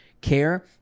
care